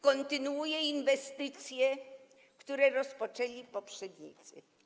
Kontynuuje inwestycje, które rozpoczęli poprzednicy.